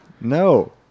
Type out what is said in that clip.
No